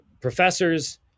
professors